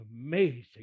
amazing